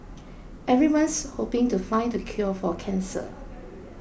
everyone's hoping to find the cure for cancer